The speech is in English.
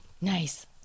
Nice